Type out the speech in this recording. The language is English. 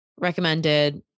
Recommended